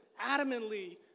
adamantly